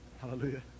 Hallelujah